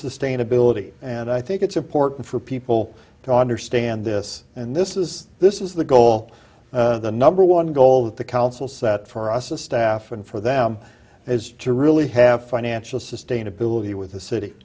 sustainability and i think it's important for people to understand this and this is this is the goal the number one goal that the council set for us to staff and for them is to really have financial sustainability with the city